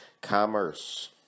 Commerce